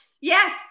yes